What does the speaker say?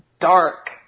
dark